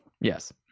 yes